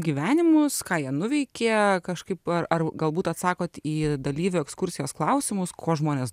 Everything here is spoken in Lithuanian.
gyvenimus ką jie nuveikė kažkaip ar ar galbūt atsakot į dalyvių ekskursijos klausimus kuo žmonės